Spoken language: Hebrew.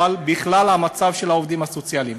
אלא בכלל על המצב של העובדים הסוציאליים.